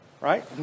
right